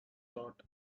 thought